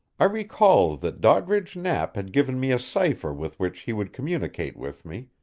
i recalled that doddridge knapp had given me a cipher with which he would communicate with me,